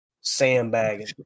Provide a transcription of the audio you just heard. Sandbagging